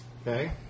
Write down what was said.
Okay